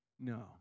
No